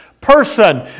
person